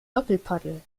doppelpaddel